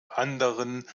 anderen